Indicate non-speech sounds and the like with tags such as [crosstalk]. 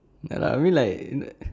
ya lah I mean like [noise]